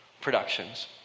productions